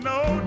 no